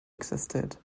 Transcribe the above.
existed